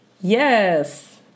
Yes